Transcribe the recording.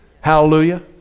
Hallelujah